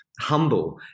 humble